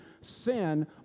sin